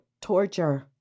torture